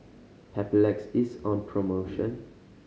Papulex is on promotion